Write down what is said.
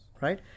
right